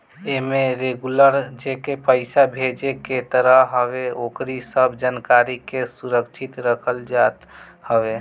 एमे रेगुलर जेके पईसा भेजे के रहत हवे ओकरी सब जानकारी के सुरक्षित रखल जात हवे